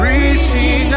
Reaching